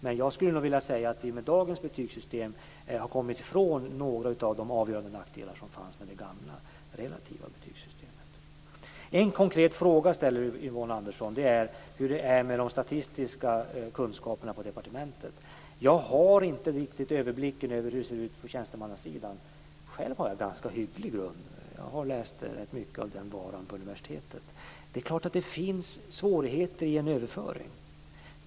Men jag skulle nog vilja säga att vi med dagens betygssystem har kommit ifrån några av de avgörande nackdelar som fanns med det gamla, relativa betygssystemet. En konkret fråga ställer Yvonne Andersson, om hur det är med de statistiska kunskaperna på departementet. Jag har inte riktigt överblick över hur det ser ut på tjänstemannasidan. Själv har jag en ganska hygglig grund. Jag har läst rätt mycket av den varan på universitetet. Det är klart att det finns svårigheter i en överföring.